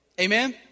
amen